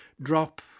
drop